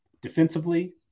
defensively